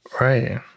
Right